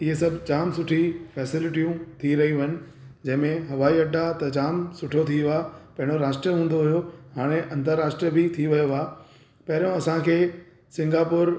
इहे सभु जाम सुठी फैसेलिटियूं थी रहियूं आहिनि जंहिंमें हवाई अॾा त जाम सुठो थी वियो आहे पहरियों राष्ट्र जो हूंदो हुयो हाणे अंतर्राष्ट्रीय बि थी वियो आहे पहरियों असांखे सिंगापुर